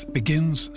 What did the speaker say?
begins